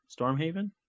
Stormhaven